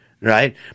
right